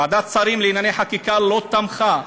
שוועדת שרים לענייני חקיקה לא תמכה,